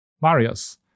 Marius